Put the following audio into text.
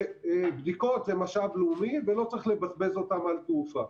שבדיקות זה משאב לאומי ולא צריך לבזבז אותן על תעופה.